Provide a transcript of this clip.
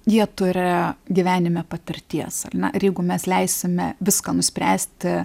jie turi gyvenime patirties ar ne ir jeigu mes leisime viską nuspręsti